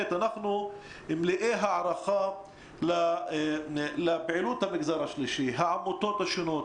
אנחנו מלאי הערכה לפעילות המגזר השלישי העמותות השונות,